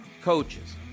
coaches